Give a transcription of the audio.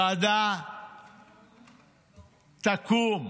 ועדה תקום.